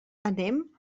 anem